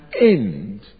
end